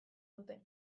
dute